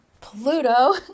Pluto